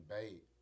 bait